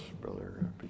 Brother